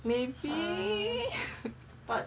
maybe